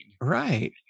Right